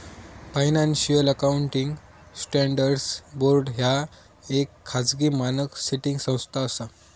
financial accounting standards board ह्या येक खाजगी मानक सेटिंग संस्था असा